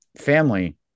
family